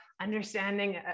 understanding